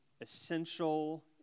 essential